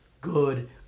good